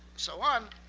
so on,